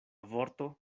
vorto